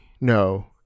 No